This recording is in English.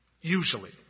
usually